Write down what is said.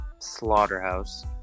Slaughterhouse